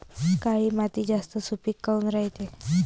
काळी माती जास्त सुपीक काऊन रायते?